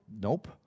Nope